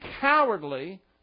cowardly